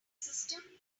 system